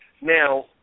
Now